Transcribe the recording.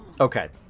Okay